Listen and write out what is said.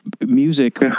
music